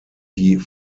die